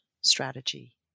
strategy